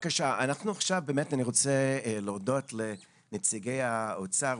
אני באמת רוצה להודות לנציגי האוצר,